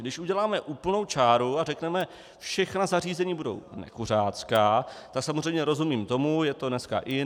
Když uděláme úplnou čáru a řekneme, že všechna zařízení budou nekuřácká, tak samozřejmě rozumím tomu, je to dneska in.